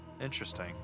Interesting